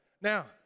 Now